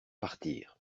partir